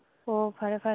ꯍꯣ ꯐꯔꯦ ꯐꯔꯦ